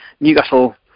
Newcastle